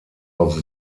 auf